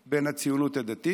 בן הציונות הדתית,